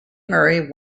murray